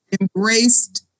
embraced